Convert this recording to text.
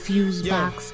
Fusebox